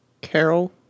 Carol